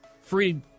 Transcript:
Free